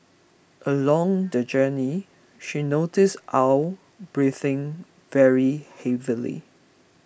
along the journey she noticed Aw breathing very heavily